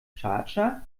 schardscha